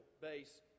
base